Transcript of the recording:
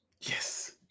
Yes